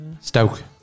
Stoke